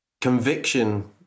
conviction